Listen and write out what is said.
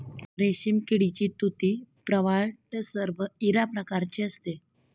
रेशीम किडीची तुती प्रवाळ टसर व इरा प्रकारची असते